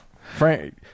Frank